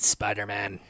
Spider-Man